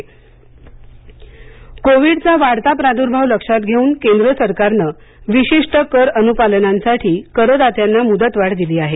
कर मुदत कोविडचा वाढता प्रादुर्भाव लक्षात घेवून केंद्र सरकारने विशिष्ट कर अनुपालनांसाठी करदात्यांना मुदत वाढ दिली आहे